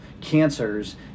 cancers